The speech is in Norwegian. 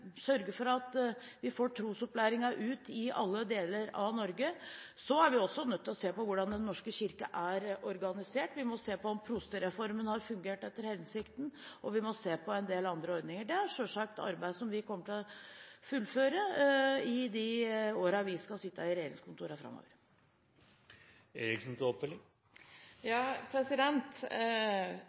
sørge for at vi får trosopplæringen ut til alle deler av Norge. Så er vi også nødt til å se på hvordan Den norske kirke er organisert. Vi må se på om prostereformen har fungert etter hensikten, og vi må se på en del andre ordninger. Dette er selvsagt arbeid som vi kommer til å fullføre i de årene framover vi skal sitte i